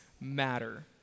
matter